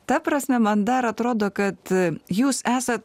ta prasme man dar atrodo kad jūs esat